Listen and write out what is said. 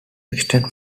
extend